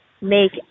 make